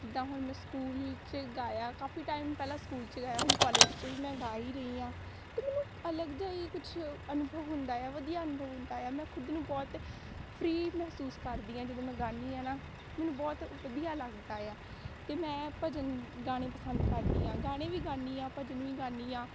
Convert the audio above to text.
ਜਿੱਦਾਂ ਹੁਣ ਮੈਂ ਸਕੂਲ 'ਚ ਗਾਇਆ ਕਾਫ਼ੀ ਟਾਈਮ ਪਹਿਲਾਂ ਸਕੂਲ 'ਚ ਗਾਇਆ ਹੁਣ ਕੋਲਜ 'ਚ ਵੀ ਮੈਂ ਗਾ ਹੀ ਰਹੀ ਹਾਂ ਅਤੇ ਮੈਨੂੰ ਅਲੱਗ ਜਿਹਾ ਹੀ ਕੁਛ ਅਨੁਭਵ ਹੁੰਦਾ ਆ ਵਧੀਆ ਅਨੁਭਵ ਹੁੰਦਾ ਆ ਮੈਂ ਖੁਦ ਨੂੰ ਬਹੁਤ ਫਰੀ ਕਰਦੀ ਆਂ ਜਦੋਂ ਮੈਂ ਗਾਉਂਦੀ ਹਾਂ ਨਾ ਮੈਨੂੰ ਬਹੁਤ ਵਧੀਆ ਲੱਗਦਾ ਆ ਅਤੇ ਮੈਂ ਭਜਨ ਗਾਉਣੇ ਪਸੰਦ ਕਰਦੀ ਹਾਂ ਗਾਣੇ ਵੀ ਗਾਉਂਦੀ ਹਾਂ ਭਜਨ ਵੀ ਗਾਉਂਦੀ ਹਾਂ